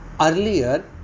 earlier